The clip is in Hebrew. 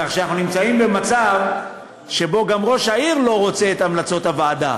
כך שאנחנו נמצאים במצב שבו גם ראש העיר לא רוצה את המלצות הוועדה.